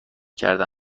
کرده